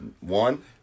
One